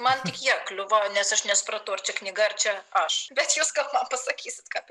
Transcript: man tik jie kliuvo nes aš nesupratau ar čia knyga ar čia aš bet jūs gal man pasakysit ką tai